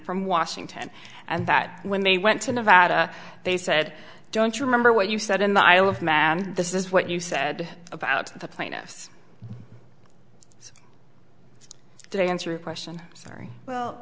from washington and that when they went to nevada they said don't you remember what you said in the isle of man this is what you said about the plaintiffs they answer a question very well